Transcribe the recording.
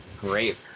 great